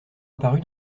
apparu